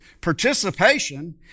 participation